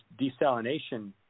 desalination